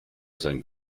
sein